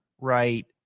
right